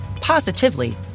positively